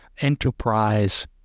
enterprise